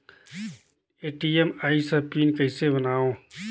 ATM आइस ह pin कइसे बनाओ?